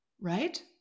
right